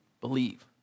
Believe